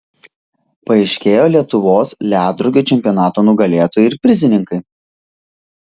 paaiškėjo lietuvos ledrogių čempionato nugalėtojai ir prizininkai